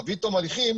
מביא תום הליכים,